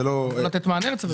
הם יוכלו לתת מענה לציבור.